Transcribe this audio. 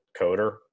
coder